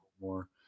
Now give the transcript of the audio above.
more